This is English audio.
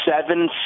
seven